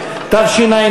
תרשו לי,